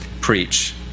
Preach